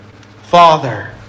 Father